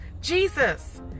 Jesus